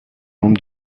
membre